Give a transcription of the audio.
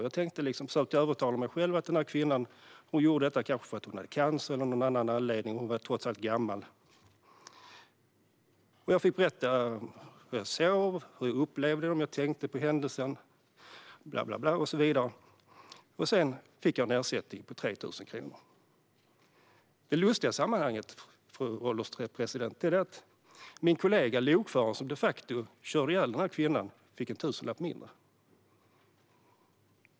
Jag övertalade mig själv att kvinnan kanske gjorde detta därför att hon hade cancer eller av någon annan anledning. Hon var trots allt gammal. Jag fick berätta hur jag sov, hur jag upplevde det hela, om jag tänkte på händelsen, bla bla bla och så vidare. Sedan fick jag en ersättning på 3 000 kronor. Det lustiga i sammanhanget, fru ålderspresident, är att min kollega lokföraren som de facto körde ihjäl kvinnan fick en tusenlapp mindre.